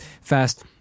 fast